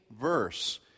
verse